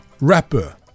rapper